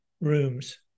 rooms